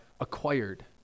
acquired